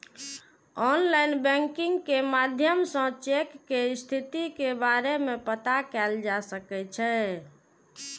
online banking के माध्यम सं चेक के स्थिति के बारे मे पता कैल जा सकै छै